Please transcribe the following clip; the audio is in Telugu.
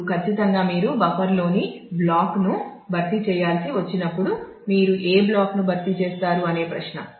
ఇప్పుడు ఖచ్చితంగా మీరు బఫర్లోని బ్లాక్ను భర్తీ చేయాల్సి వచ్చినప్పుడు మీరు ఏ బ్లాక్ను భర్తీ చేస్తారు అనే ప్రశ్న